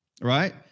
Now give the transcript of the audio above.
right